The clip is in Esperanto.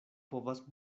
povas